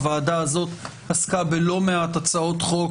הוועדה הזאת עסקה בלא מעט הצעות חוק